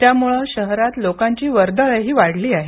त्यामुळे शहरात लोकांची वर्दळही वाढली आहे